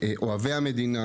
שמחזיקים בכוח השלטון,